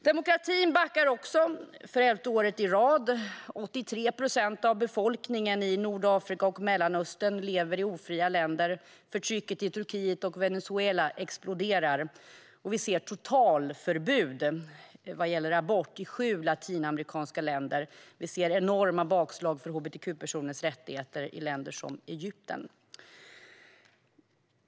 Demokratin backar också, för elfte året i rad - 83 procent av befolkningen i Nordafrika och Mellanöstern lever i ofria länder, förtrycket i Turkiet och Venezuela exploderar och vi ser totalförbud vad gäller abort i sju latinamerikanska länder och enorma bakslag för hbtq-personers rättigheter i länder som Egypten.